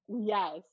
yes